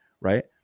right